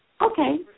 Okay